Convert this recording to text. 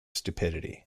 stupidity